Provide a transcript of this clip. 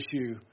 issue